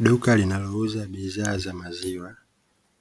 Duka linalouza bidhaa za maziwa